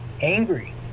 angry